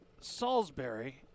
Salisbury